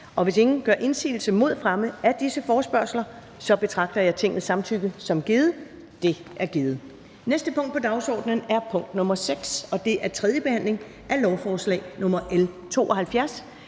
Hvis ingen gør indsigelse mod fremme af disse forespørgsler, betragter jeg Tingets samtykke som givet. Det er givet. --- Det næste punkt på dagsordenen er: 6) 3. behandling af lovforslag nr. L 72: